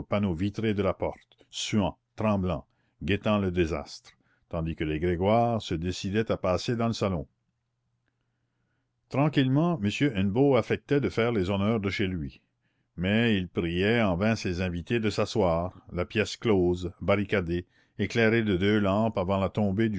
panneau vitré de la porte suant tremblant guettant le désastre tandis que les grégoire se décidaient à passer dans le salon tranquillement m hennebeau affectait de faire les honneurs de chez lui mais il priait en vain ses invités de s'asseoir la pièce close barricadée éclairée de deux lampes avant la tombée